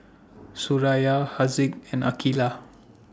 Suraya Haziq and Aqeelah